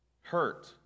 hurt